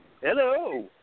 Hello